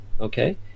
Okay